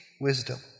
wisdom